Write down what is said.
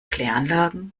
kläranlagen